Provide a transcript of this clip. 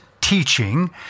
teaching